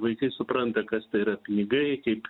vaikai supranta kas tai yra pinigai kaip